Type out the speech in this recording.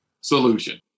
solution